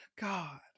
God